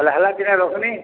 ହେଲେ ହେଲା ତିନେ ରଖ୍ମି